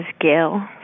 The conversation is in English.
Gail